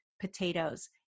potatoes